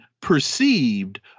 perceived